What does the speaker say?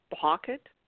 pocket